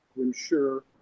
ensure